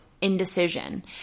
indecision